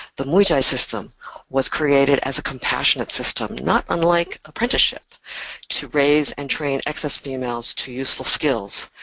the mui-tsai system was created as a compassionate system not unlike apprenticeship to raise and train excess females to useful skills.